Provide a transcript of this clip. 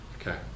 okay